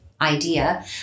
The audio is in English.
idea